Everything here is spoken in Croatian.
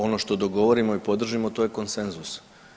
Ono što dogovorimo i podržimo to je konsenzus.